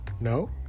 No